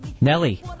Nelly